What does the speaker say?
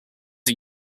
are